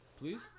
Please